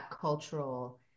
cultural